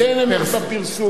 כן אמת בפרסום,